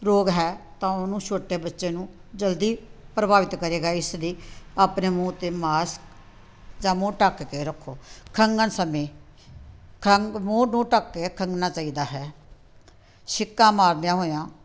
ਰੋਗ ਹੈ ਤਾਂ ਉਹਨੂੰ ਛੋਟੇ ਬੱਚੇ ਨੂੰ ਜਲਦੀ ਪ੍ਰਭਾਵਿਤ ਕਰੇਗਾ ਇਸ ਲਈ ਆਪਣੇ ਮੂੰਹ 'ਤੇ ਮਾਸਕ ਜਾਂ ਮੂੰਹ ਢੱਕ ਕੇ ਰੱਖੋ ਖੰਘਣ ਸਮੇਂ ਖੰਘ ਮੂੰਹ ਨੂੰ ਢੱਕ ਕੇ ਖੰਘਣਾ ਚਾਹੀਦਾ ਹੈ ਛਿੱਕਾਂ ਮਾਰਦਿਆਂ ਹੋਇਆ